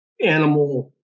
animal